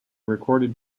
recorded